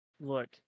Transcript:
look